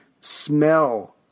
smell